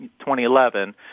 2011